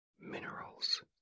minerals